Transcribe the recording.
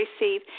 receive